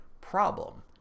problem